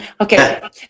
Okay